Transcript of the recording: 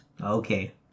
Okay